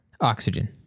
Oxygen